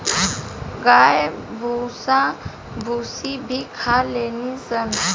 गाय भूसा भूसी भी खा लेली सन